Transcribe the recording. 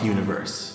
Universe